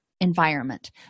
environment